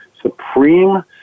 supreme